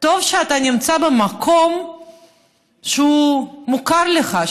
טוב שאתה נמצא במקום שמוכר לך,